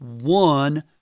one